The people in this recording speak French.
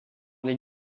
les